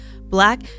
Black